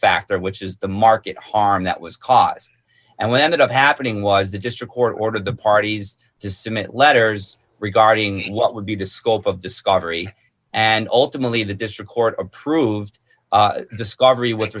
factor which is the market harm that was caused and what ended up happening was the district court ordered the parties to submit letters regarding what would be disco up of discovery and ultimately the district court approved discovery with